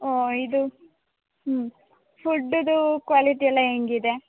ಓ ಇದು ಹ್ಞೂ ಫುಡ್ಡುದು ಕ್ವಾಲಿಟಿ ಎಲ್ಲ ಹೆಂಗಿದೆ